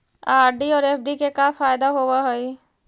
RD और FD के का फायदा होव हई?